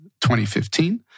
2015